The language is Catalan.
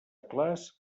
clars